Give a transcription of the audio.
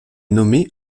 nommée